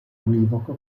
univoco